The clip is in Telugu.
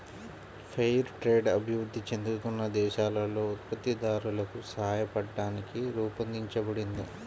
ఫెయిర్ ట్రేడ్ అభివృద్ధి చెందుతున్న దేశాలలో ఉత్పత్తిదారులకు సాయపట్టానికి రూపొందించబడింది